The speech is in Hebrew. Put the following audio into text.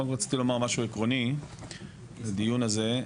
קודם כל רציתי לומר משהו עקרוני בדיון הזה,